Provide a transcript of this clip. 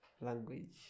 Language